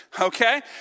Okay